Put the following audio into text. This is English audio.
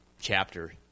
chapter